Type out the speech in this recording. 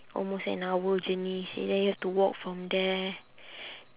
almost an hour journey seh then you have to walk from there